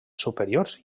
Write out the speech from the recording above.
superiors